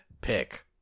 pick